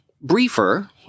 briefer